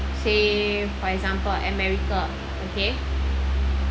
say for example america okay